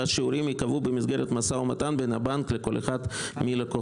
השיעורים ייקבעו במסגרת משא ומתן בין הבנק לכל אחד מלקוחותיו".